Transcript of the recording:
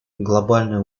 глобальные